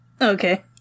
Okay